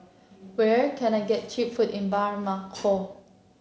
where can I get cheap food in Bamako